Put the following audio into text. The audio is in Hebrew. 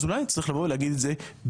אז אולי צריך לבוא ולומר את זה במפורש.